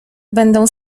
będą